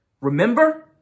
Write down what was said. Remember